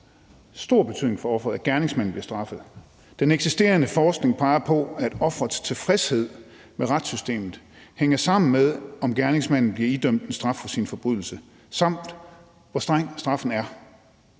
stor betydning, for offeret, at gerningsmanden bliver straffet: »Den eksisterende forskning peger på, at ofres tilfredshed med retssystemet hænger sammen med, om gerningsmanden bliver idømt en straf for sin forbrydelse, samt hvor streng straffen er.